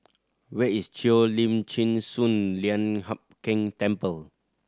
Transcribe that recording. where is Cheo Lim Chin Sun Lian Hup Keng Temple